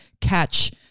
catch